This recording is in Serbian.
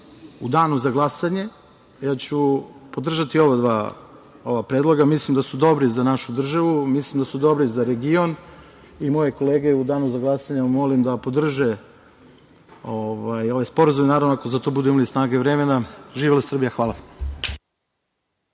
u danu za glasanje ja ću podržati ova dva predloga, mislim da su dobri za našu državu, mislim da su dobri za region i moje kolege u danu za glasanje, evo, molim da podrže ove sporazume i naravno ako za to budemo imali snage i vremena. Živela Srbija. Hvala.